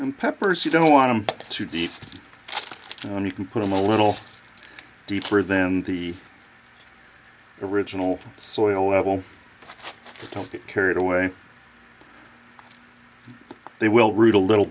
and peppers you don't want them to deep when you can put them a little deeper than the original soil level don't get carried away they will root a little